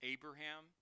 Abraham